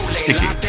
sticky